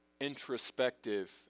introspective